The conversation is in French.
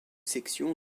section